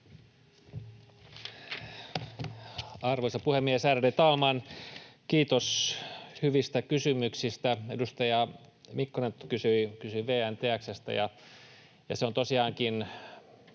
Arvoisa puhemies, ärade talman! Kiitos hyvistä kysymyksistä. — Edustaja Mikkonen kysyi VN